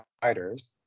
providers